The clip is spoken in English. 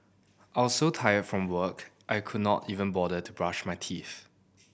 I was so tired from work I could not even bother to brush my teeth